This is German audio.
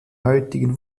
heutigen